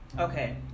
Okay